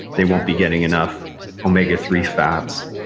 they won't be getting enough omega three fats.